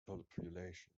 population